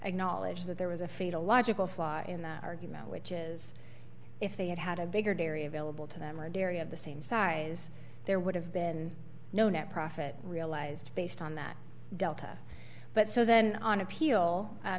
acknowledged that there was a fatal logical flaw in their argument which is if they had had a bigger dairy available to them or dairy of the same size there would have been no net profit realized based on that delta but so then on appeal